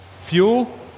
Fuel